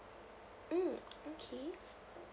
mm okay